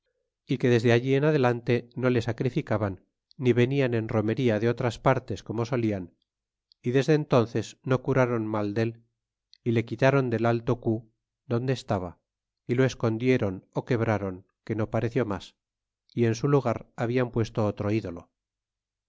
y que desde allí en adelante no le sacrificaban ni venian en romería de otras partes como so y desde entónces no curron mal da y le quitron del alto cu donde estaba y lo escondieron ú quebrron que no pareció mas y en su lugar habian puesto otro ídolo